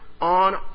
on